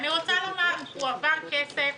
הועבר כסף